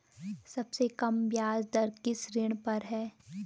सबसे कम ब्याज दर किस ऋण पर है?